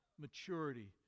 maturity